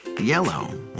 yellow